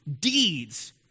deeds